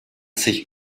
sich